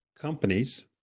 companies